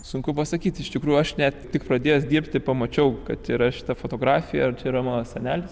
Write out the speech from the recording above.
sunku pasakyti iš tikrųjų aš net tik pradėjęs dirbti pamačiau kad yra šita fotografija čia yra mano senelis